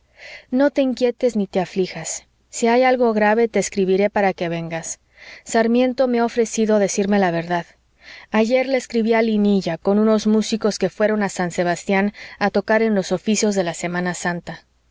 no te inquietes ni te aflijas si hay algo grave te escribiré para que vengas sarmiento me ha ofrecido decirme la verdad ayer le escribí a linilla con unos músicos que fueron a san sebastián a tocar en los oficios de la semana santa